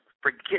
Forget